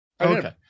okay